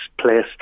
place